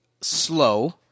slow